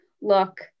look